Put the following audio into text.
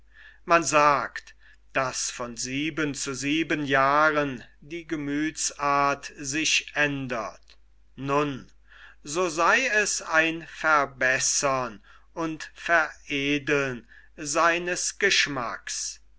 man sagt daß von sieben zu sieben jahren die gemüthsart sich ändert nun so sei es ein verbessern und veredeln seines geschmacks